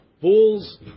Pools